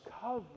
cover